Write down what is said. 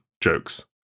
jokes